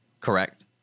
correct